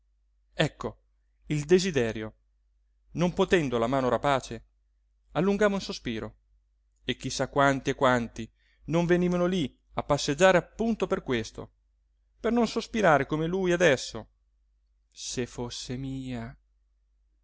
ecco il desiderio non potendo la mano rapace allungava un sospiro e chi sa quanti e quanti non venivano lí a passeggiare appunto per questo per non sospirare come lui adesso se fosse mia